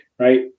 Right